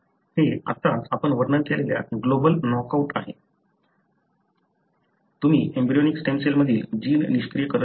हे आत्ताच आपण वर्णन केलेल्या ग्लोबल नॉकआउट आहे तुम्ही एम्ब्रियोनिक स्टेम सेल्स मधील जीन निष्क्रिय करत नाही